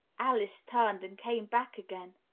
alice turned and came back again.